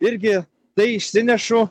irgi tai išsinešu